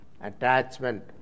attachment